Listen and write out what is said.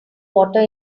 water